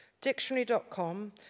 Dictionary.com